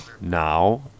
now